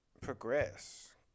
progress